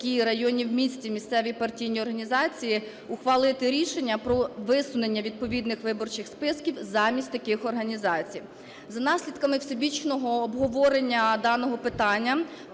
міські, районні в місті, місцеві партійні організації, ухвалити рішення про висунення відповідних виборчих списків замість таких організацій. За наслідками всебічного обговорення даного питання